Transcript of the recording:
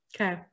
Okay